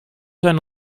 zijn